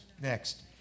Next